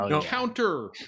counter